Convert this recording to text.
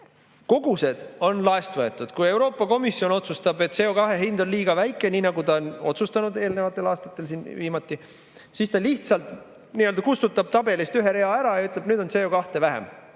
kogused on laest võetud. Kui Euroopa Komisjon otsustab, et CO2hind on liiga väike, nii nagu ta on otsustanud eelnevatel aastatel viimati, siis ta lihtsalt kustutab tabelist ühe rea ära ja ütleb, et nüüd on CO2vähem